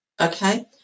Okay